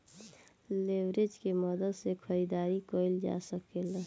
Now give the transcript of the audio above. leverage के मदद से खरीदारी कईल जा सकेला